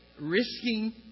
Risking